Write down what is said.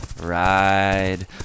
Ride